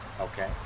Okay